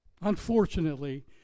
Unfortunately